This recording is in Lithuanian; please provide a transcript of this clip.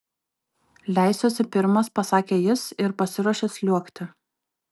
leisiuosi pirmas pasakė jis ir pasiruošė sliuogti